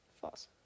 False